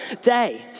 day